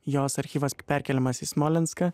jos archyvas perkeliamas į smolenską